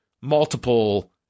...multiple